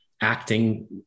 Acting